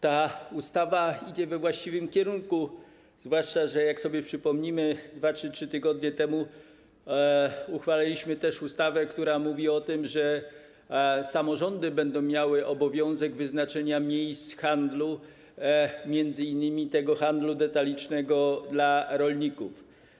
Ta ustawa idzie we właściwym kierunku, zwłaszcza że jak sobie przypomnimy, 2 czy 3 tygodnie temu uchwalaliśmy ustawę, która mówi o tym, że samorządy będą miały obowiązek wyznaczenia miejsc handlu, m.in. handlu detalicznego dla rolników.